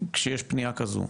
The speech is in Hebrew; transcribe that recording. כשיש פנייה כזו,